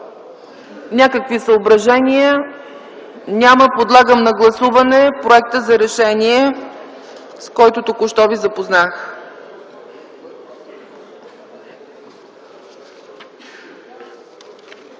някакви съображения? Няма. Подлагам на гласуване проекта за решение, с който ви запознах